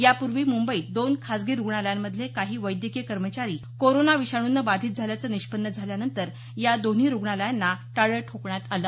यापूर्वी मुंबईत दोन खासगी रुग्णालयांमधले काही वैद्यकीय कर्मचारी कोरोना विषाणूने बाधित झाल्याचं निष्पन्न झाल्यानंतर या दोन्ही रुग्णालयांना टाळं ठोकण्यात आलं आहे